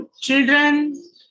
children